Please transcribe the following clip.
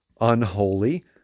unholy